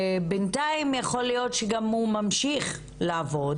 בינתיים יכול להיות שהוא גם ממשיך לעבוד